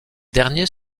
derniers